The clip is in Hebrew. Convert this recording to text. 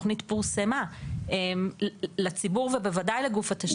התוכנית פורסמה לציבור ובוודאי לגוף התשתית.